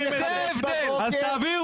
זה ההבדל.